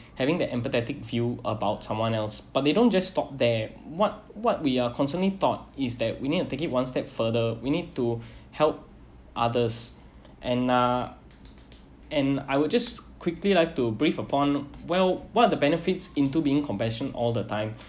having that empathetic view about someone else but they don't just stop there what what we are constantly thought is that we need to take it one step further we need to help others and uh and I would just quickly like to brief upon well what are the benefits into being compassion all the time